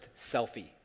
selfie